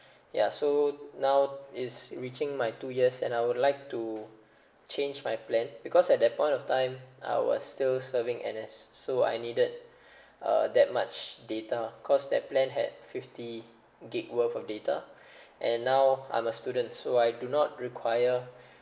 ya so now so is reaching my two years and I would like to change my plan because at that point of time I was still serving N_S so I needed uh that much data cause that plan had fifty gig worth of data and now I'm a student so I do not require